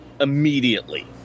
immediately